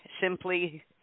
simply